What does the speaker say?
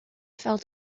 fell